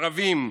ערבים,